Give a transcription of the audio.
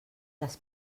les